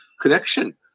connection